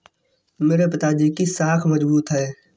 मेरे पिताजी की साख मजबूत है